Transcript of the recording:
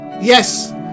yes